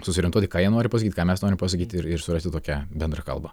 susiorientuoti ką jie nori pasakyt ką mes norim pasakyt ir ir surasti tokią bendrą kalbą